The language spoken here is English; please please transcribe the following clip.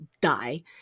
die